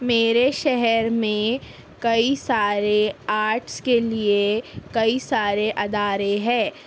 میرے شہر میں کئی سارے آرٹس کے لئے کئی سارے ادارے ہے